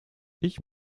ich